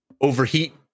overheat